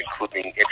including